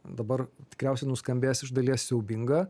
dabar tikriausiai nuskambės iš dalies siaubinga